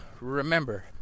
remember